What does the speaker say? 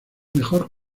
mejor